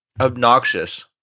obnoxious